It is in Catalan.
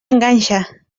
enganxa